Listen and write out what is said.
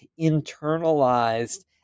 internalized